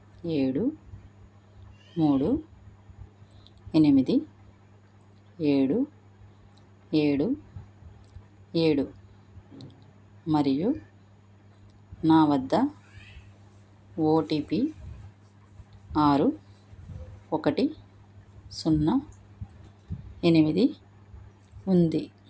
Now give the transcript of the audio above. ఏడు మూడు ఎనిమిది ఏడు ఏడు ఏడు మరియు నా వద్ద ఓటీపీ ఆరు ఒకటి సున్నా ఎనిమిది ఉంది